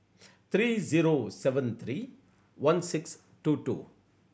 three zero seven three one six two two